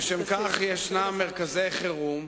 לשם כך ישנם מרכזי חירום.